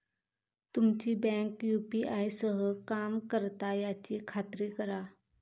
तुमची bank UPI सह काम करता याची खात्री करा